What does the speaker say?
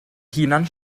hunan